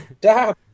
dab